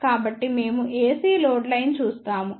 కాబట్టి మేము AC load line చూస్తాము